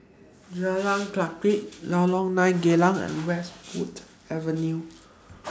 Jalan Kledek Lorong nine Geylang and Westwood Avenue